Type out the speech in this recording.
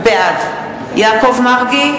בעד יעקב מרגי,